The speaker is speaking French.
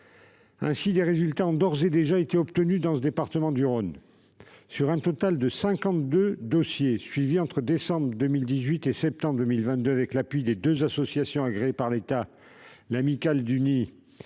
Des résultats ont d'ores et déjà été obtenus dans le département du Rhône : sur un total de 52 dossiers suivis entre décembre 2018 et septembre 2022, avec l'appui de deux associations agréées par l'État- l'Amicale du Nid